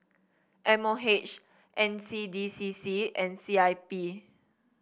M O H N C D C C and C I P